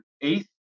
eighth